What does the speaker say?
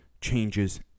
changes